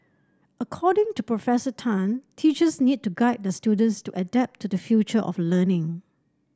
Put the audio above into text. according to Professor Tan teachers need to guide their students to adapt to the future of learning